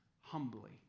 humbly